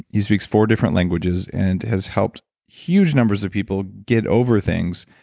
he speaks four different languages and has helped huge numbers of people get over things.